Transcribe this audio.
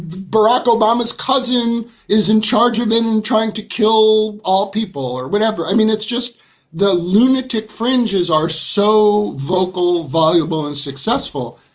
barack obama's cousin is in charge. you've been trying to kill all people or whatever. i mean, it's just the lunatic fringes are so vocal, voluble and success